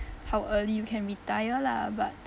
how early you can retire lah but